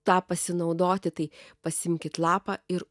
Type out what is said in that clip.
tą pasinaudoti tai pasiimkit lapą ir